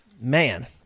man